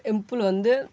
temple வந்து